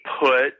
put